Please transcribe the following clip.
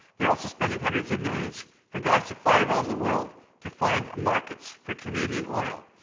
they're also spending hundreds of millions for guys to fly around the world to find markets for canadian oil.